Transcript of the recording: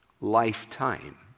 lifetime